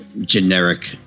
generic